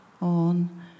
On